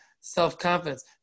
self-confidence